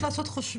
לא רק שהיא לא פתרה